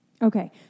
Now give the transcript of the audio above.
Okay